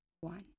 one